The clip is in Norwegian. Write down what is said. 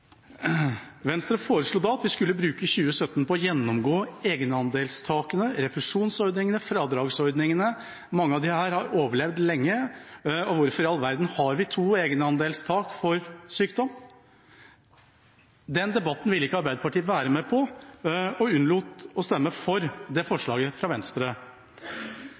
Venstre foreslo da at vi skulle bruke 2017 til å gjennomgå egenandelstakene, refusjonsordningene og fradragsordningene. Mange av disse har overlevd lenge. Hvorfor i all verden har vi to egenandelstak for sykdom? Den debatten ville ikke Arbeiderpartiet være med på, og de unnlot å stemme for forslaget fra Venstre.